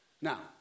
Now